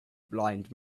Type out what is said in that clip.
blind